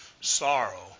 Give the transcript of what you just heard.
Sorrow